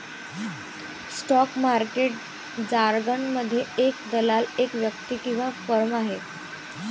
stock market जारगनमध्ये, एक दलाल एक व्यक्ती किंवा फर्म आहे